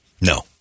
no